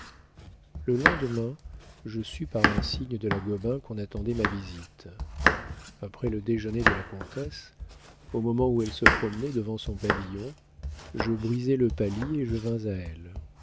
le lendemain je sus par un signe de la gobain qu'on attendait ma visite après le déjeuner de la comtesse au moment où elle se promenait devant son pavillon je brisai le palis et je vins à elle